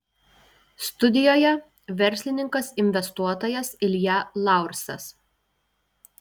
studijoje verslininkas investuotojas ilja laursas